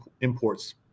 imports